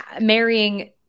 marrying